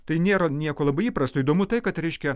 tai nėra nieko labai įprasto įdomu tai kad reiškia